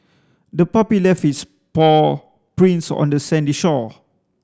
the puppy left its paw prints on the sandy shore